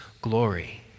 glory